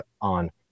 on